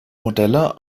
modelle